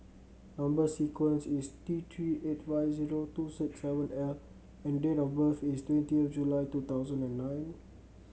number sequence is T Three eight five zero two six seven L and date of birth is twenty of July two thousand and nine